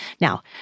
Now